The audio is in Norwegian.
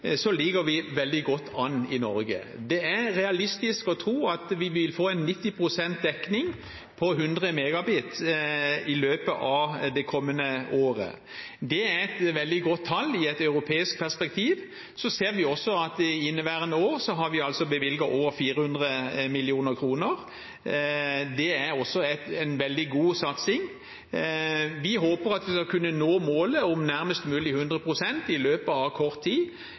ligger vi veldig godt an i Norge. Det er realistisk å tro at vi vil få 90 pst. dekning, på 100 Mbit/s, i løpet av det kommende året. Det er et veldig godt tall i et europeisk perspektiv. Så ser vi også at i inneværende år har vi bevilget over 400 mill. kr, og det er en veldig god satsing. Vi håper at vi skal kunne nå målet om nærmest mulig 100 pst. i løpet av kort tid.